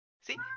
See